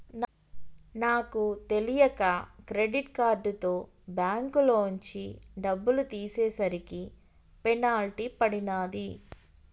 నాకు తెలియక క్రెడిట్ కార్డుతో బ్యేంకులోంచి డబ్బులు తీసేసరికి పెనాల్టీ పడినాది